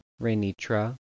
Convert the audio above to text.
Rainitra